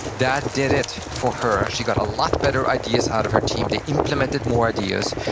that did it for her, she got a lot better ideas out of her team, they implemented more ideas,